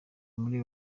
muri